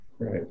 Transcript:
Right